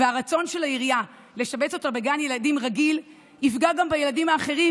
והרצון של העירייה לשבץ אותה בגן ילדים רגיל יפגע גם בילדים האחרים,